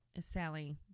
Sally